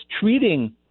treating